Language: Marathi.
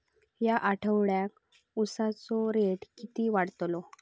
या आठवड्याक उसाचो रेट किती वाढतलो?